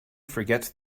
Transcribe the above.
forgets